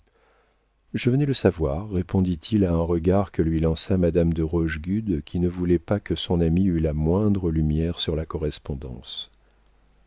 je venais le savoir répondit-il à un regard que lui lança madame de rochegude qui ne voulait pas que son amie eût la moindre lumière sur la correspondance